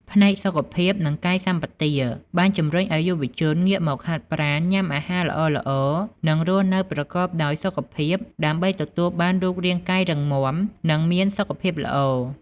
ផ្នែកសុខភាព និងកាយសម្បទា បានជំរុញឲ្យយុវជនងាកមកហាត់ប្រាណ ញ៉ាំអាហារល្អៗ និងរស់នៅប្រកបដោយសុខភាពដើម្បីទទួលបានរូបរាងកាយរឹងមាំ និងមានសុខភាពល្អ។